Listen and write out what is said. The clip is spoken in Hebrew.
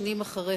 כמה שנים אחריך.